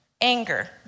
anger